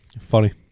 Funny